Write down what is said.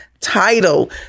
title